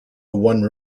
one